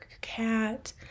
cat